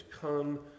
come